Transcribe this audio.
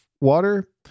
water